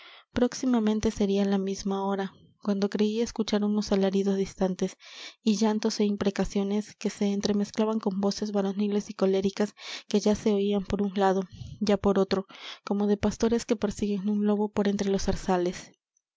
próximamente sería la misma hora cuando creí escuchar unos alaridos distantes y llantos é imprecaciones que se entremezclaban con voces varoniles y coléricas que ya se oían por un lado ya por otro como de pastores que persiguen un lobo por entre los zarzales